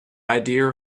idea